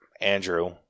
Andrew